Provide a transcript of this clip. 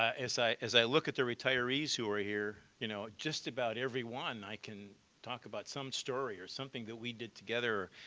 as i as i look at the retirees who are here, you know, just about every one i can talk about some story or something that we did together,